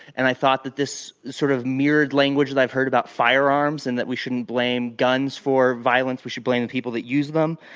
and i thought that this sort of mirrored language that i've heard about firearms, and that we shouldn't blame guns for violence we should blame the people that use them.